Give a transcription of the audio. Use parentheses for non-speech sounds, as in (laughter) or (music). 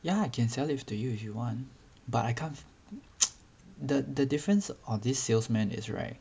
yeah I can sell it to you if you want but I can't (noise) the the difference of this salesman is right